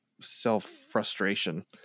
self-frustration